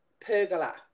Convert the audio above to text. pergola